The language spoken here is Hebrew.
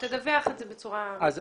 תדווח על זה בצורה מסודרת.